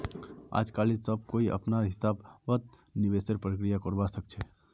आजकालित सब कोई अपनार हिसाब स निवेशेर प्रक्रिया करवा सख छ